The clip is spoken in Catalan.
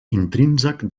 intrínsec